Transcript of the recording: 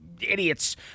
idiots